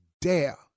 dare